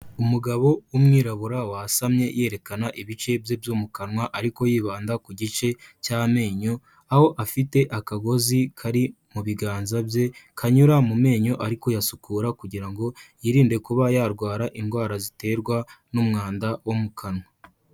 Umugabo w'umwirabura wasamye yerekana ibice bye byo mu kanwa ariko yibanda ku gice cy'amenyo, aho afite akagozi kari mu biganza bye kanyura mu menyo ari kuyasukura kugira ngo yirinde kuba yarwara indwara ziterwa n'umwanda wo mu kanwa.